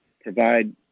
provide